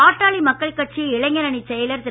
பாட்டாளி மக்கள் கட்சி இளைஞர் அணிச் செயலர் திரு